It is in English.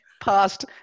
past